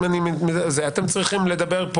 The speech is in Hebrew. אתם צריכים לדבר פה